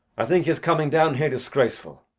i think his coming down here disgraceful.